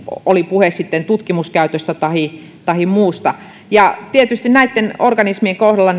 oli sitten puhe tutkimuskäytöstä tahi tahi muusta tietysti erityisesti näitten organismien kohdalla